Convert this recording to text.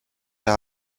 der